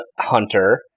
hunter